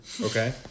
Okay